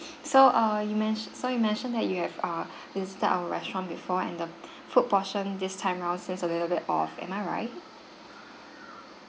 so err you mentio~ so you mentioned that you have err visited our restaurant before and the food portion this time round seems a little bit off am I right